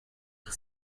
for